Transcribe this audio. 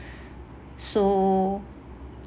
so